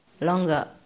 Longer